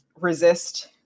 resist